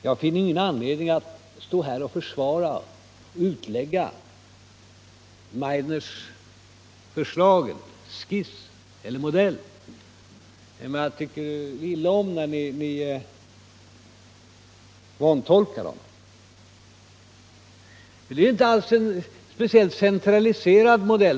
Jag finner ingen anledning att stå här och försvara och utlägga Rudolf Meidners förslag eller skiss eller modell, men jag tycker illa om när ni vantolkar den. Det är ju inte alls fråga om någon speciellt centraliserad modell.